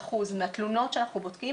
61% מהתלונות שאנחנו בודקים,